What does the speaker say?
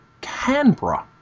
Canberra